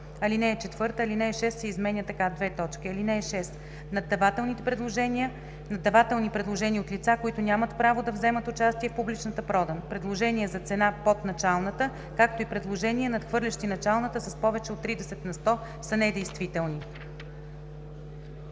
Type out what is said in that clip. срок.“ 4. Алинея 6 се изменя така: „(6) Наддавателни предложения от лица, които нямат право да вземат участие в публичната продан, предложения за цена под началната, както и предложения, надхвърлящи началната с повече от 30 на сто, са недействителни.“